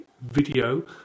video